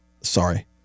sorry